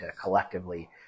collectively